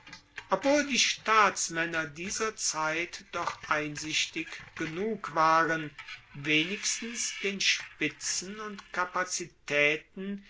obwohl die staatsmaenner dieser zeit doch einsichtig genug waren wenigstens den spitzen und kapazitaeten